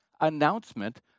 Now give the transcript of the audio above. announcement